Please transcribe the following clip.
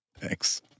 Thanks